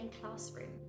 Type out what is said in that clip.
classroom